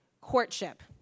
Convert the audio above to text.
courtship